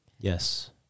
Yes